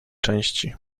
części